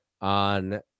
on